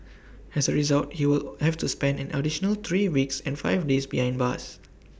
as A result he will have to spend an additional three weeks and five days behind bars